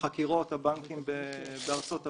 חקירות הבנקים בארצות הברית,